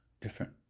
different